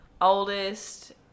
oldest